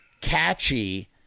catchy